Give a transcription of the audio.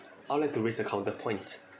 I'd like to raise a counter point